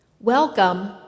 Welcome